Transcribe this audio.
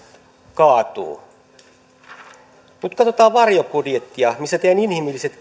kaatuu jos nyt katsotaan varjobudjettia missä teidän inhimilliset